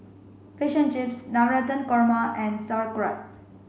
fish and Chips Navratan Korma and Sauerkraut